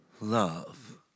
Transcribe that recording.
love